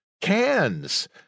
cans